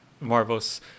Marvel's